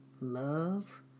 love